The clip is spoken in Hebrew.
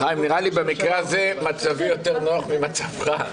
נראה לי במקרה הזה מצבי יותר נוח ממצבך.